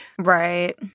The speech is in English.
Right